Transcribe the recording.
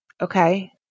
okay